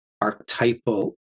archetypal